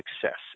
success